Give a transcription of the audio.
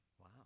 Wow